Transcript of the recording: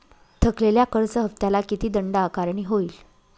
थकलेल्या कर्ज हफ्त्याला किती दंड आकारणी होईल?